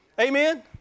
Amen